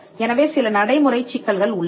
எனவே சில நடைமுறைச் சிக்கல்கள் உள்ளன